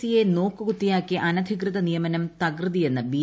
C യെ നോക്കുകുത്തിയാക്കി അനധികൃത നിയമനം തകൃതിയെന്ന് ബി